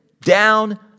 down